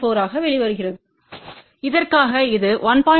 4 ஆக வெளிவருகிறது இதற்காக இது 1